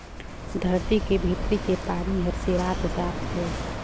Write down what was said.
धरती के भीतरी के पानी हर सिरात जात हे